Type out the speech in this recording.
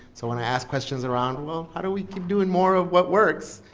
so when i ask questions around, well, how do we keep doing more of what works?